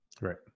Right